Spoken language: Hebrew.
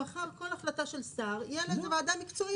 שמחר על כל החלטה של שר תהיה ועדה מקצועית